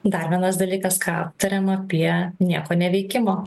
dar vienas dalykas ką aptarėm prie nieko neveikimą